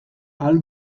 ahal